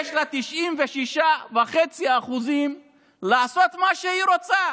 יש לה 96.5% לעשות שם מה שהיא רוצה: